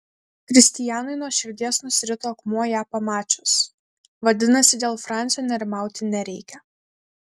kristijanui nuo širdies nusirito akmuo ją pamačius vadinasi dėl fransio nerimauti nereikia